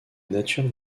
nature